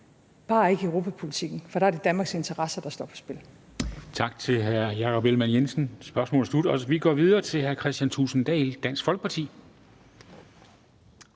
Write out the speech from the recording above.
bare ikke i europapolitikken, for der er det Danmarks interesser, der står på spil.